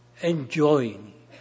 enjoying